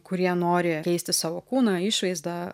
kurie nori keisti savo kūno išvaizdą